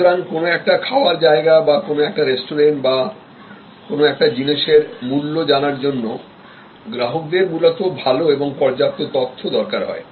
সুতরাং কোন একটা খাওয়ার জায়গা বা কোন একটা রেস্টুরেন্ট বা কোন একটা জিনিসের মূল্য জানার জন্য গ্রাহকদের মূলত ভালো এবং পর্যাপ্ত তথ্য দরকার হয়